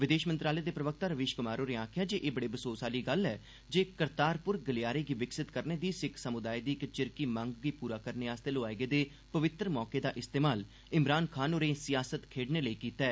विदेश मंत्रालय दे प्रवक्ता रवीष क्मार होरें आखेआ ऐ जे एह् बड़े बसोस आहली गल्ल ऐ जे करतारप्र गलियारे गी विकसित करने दी सिक्ख समुदाय दी इक चिरकी मंग गी पूरा करने लेई लोआए गेदे पवित्तर मौके दा इस्तेमाल इमरान खान होरें सियासत खेड़ढने लेई कीता ऐ